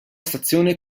stazione